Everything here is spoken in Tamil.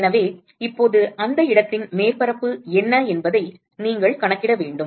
எனவே இப்போது அந்த இடத்தின் மேற்பரப்பு என்ன என்பதை நீங்கள் கணக்கிட வேண்டும்